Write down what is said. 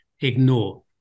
ignore